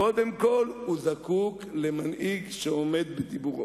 קודם כול הוא זקוק למנהיג שעומד בדיבורו.